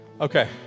okay